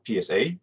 PSA